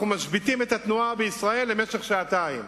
אנחנו משביתים את התנועה בישראל למשך שעתיים,